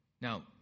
Now